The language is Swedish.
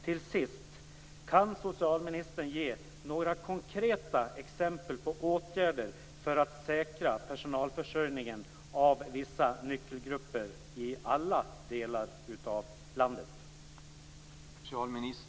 Till sist: Kan socialministern ge några konkreta exempel på åtgärder för att säkra personalförsörjningen inom vissa nyckelgrupper i alla delar av landet?